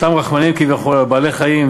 אותם רחמנים כביכול על בעלי-חיים,